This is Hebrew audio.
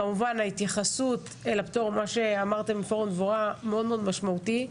כמובן ההתייחסות אל הפטור ומה שאמרתם בפורום דבורה מאוד מאוד משמעותי.